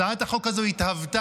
הצעת החוק הזאת התהוותה,